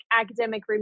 academic